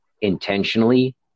intentionally